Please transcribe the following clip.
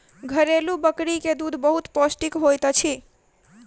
घरेलु बकरी के दूध बहुत पौष्टिक होइत अछि